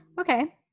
Okay